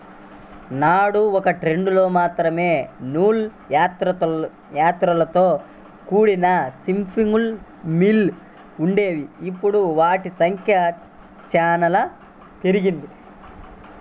నాడు ఒకట్రెండు మాత్రమే నూలు యంత్రాలతో కూడిన స్పిన్నింగ్ మిల్లులు వుండేవి, ఇప్పుడు వాటి సంఖ్య చానా పెరిగింది